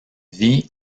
vie